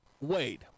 Wade